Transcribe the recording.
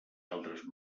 altres